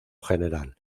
general